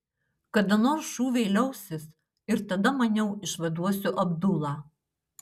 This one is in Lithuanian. kada nors šūviai liausis ir tada maniau išvaduosiu abdulą